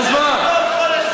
נו, אז מה?